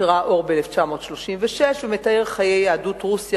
שראה אור ב-1936 ומתאר את חיי יהדות רוסיה